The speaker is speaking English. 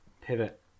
pivot